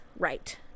Right